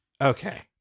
Okay